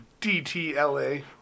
DTLA